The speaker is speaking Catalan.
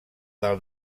del